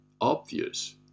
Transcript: obvious